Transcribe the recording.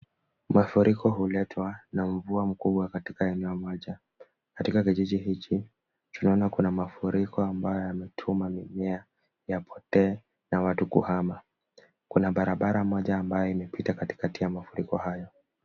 Mafuriko huletwa na mvua mkubwa katika eneo moja. Katika kijiji hiki tunaona kuna mafuriko ambayo yametuma mimea yapotee na watu kuhama. Kuna barabara moja ambayo imepita katikati ya mafuriko hayo.